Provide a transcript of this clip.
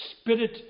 spirit